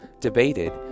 debated